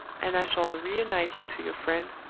and i shall reunite you to your friend,